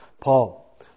Paul